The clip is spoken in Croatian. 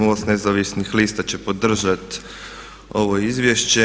MOST nezavisnih lista će podržati ovo izvješće.